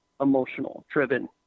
emotional-driven